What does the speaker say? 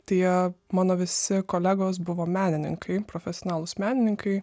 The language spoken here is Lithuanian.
tie mano visi kolegos buvo menininkai profesionalūs menininkai